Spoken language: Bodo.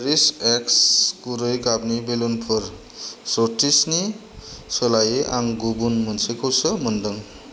चेरिश एक्स गुरै गाबनि बेलुनफोर श्रुतिसनि सोलायै आं गुबुन मोनसेखौसो मोनदों